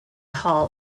hall